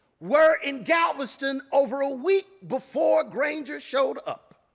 were in galveston over a week before granger showed up.